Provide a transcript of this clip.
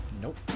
Nope